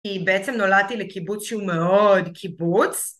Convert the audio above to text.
כי בעצם נולדתי לקיבוץ שהוא מאוד קיבוץ.